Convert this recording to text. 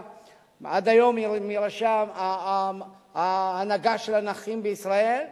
עד היום היא אחת מראשי ההנהגה של הנכים בישראל,